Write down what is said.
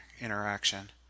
interaction